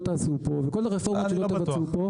תעשו פה וכל הרפורמות שלא תבצעו פה,